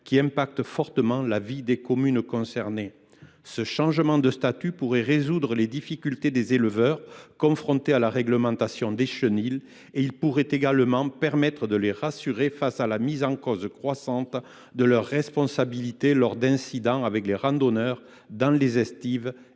fort impact sur la vie des communes concernées. Ce changement de statut pourrait résoudre les difficultés des éleveurs confrontés à la réglementation des chenils et il pourrait également permettre de les rassurer face à la mise en cause croissante de leur responsabilité lors d’incidents avec les randonneurs dans les estives